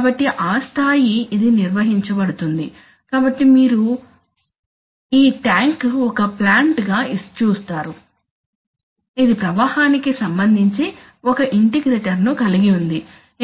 కాబట్టి ఆ స్థాయిలో ఇది నిర్వహించబడుతుంది కాబట్టి ఇప్పుడు మీరు ఈ ట్యాంక్ ఒక ప్లాంట్ గా చూస్తారు ఇది ప్రవాహానికి సంబంధించి ఒక ఇంటిగ్రేటర్ను కలిగి ఉంది